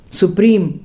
supreme